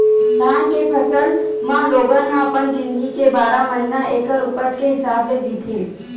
धान के फसल म लोगन ह अपन जिनगी के बारह महिना ऐखर उपज के हिसाब ले जीथे